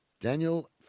Daniel